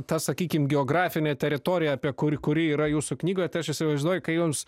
ta sakykim geografine teritorija apie kuri kuri yra jūsų knygoj tai aš įsivaizduoju kai jums